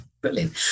brilliant